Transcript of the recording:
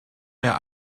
mehr